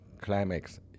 climax